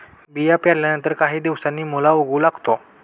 बिया पेरल्यानंतर काही दिवसांनी मुळा उगवू लागतो